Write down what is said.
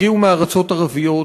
הגיעו מארצות ערביות,